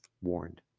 warned